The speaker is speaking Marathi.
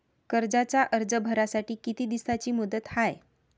कर्जाचा अर्ज भरासाठी किती दिसाची मुदत हाय?